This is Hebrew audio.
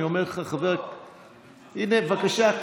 אני אומר לך, חבר, זה דוח, הינה, בבקשה,